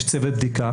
יש צוות בדיקה,